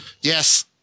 Yes